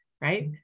right